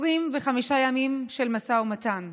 25 ימים של משא ומתן,